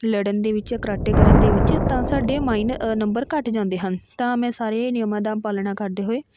ਲੜਨ ਦੇ ਵਿੱਚ ਕਰਾਟੇ ਕਰਨ ਦੇ ਵਿੱਚ ਤਾਂ ਸਾਡੇ ਮਾਈਨ ਨੰਬਰ ਘੱਟ ਜਾਂਦੇ ਹਨ ਤਾਂ ਮੈਂ ਸਾਰੇ ਨਿਯਮਾਂ ਦਾ ਪਾਲਣਾ ਕਰਦੇ ਹੋਏ